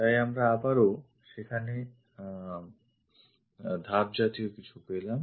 তাই আমরা আবারও সেখানে ধাপ জাতীয় কিছু পেলাম